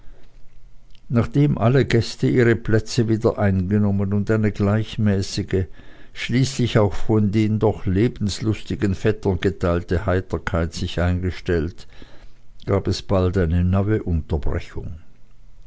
nachdem alle gäste ihre plätze wieder eingenommen und eine gleichmäßige schließlich auch von den doch lebelustigen vettern geteilte heiterkeit sich eingestellt gab es bald einen neuen unterbruch